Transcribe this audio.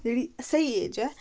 जेह्ड़ी स्हेई ऐज ऐ